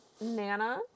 Nana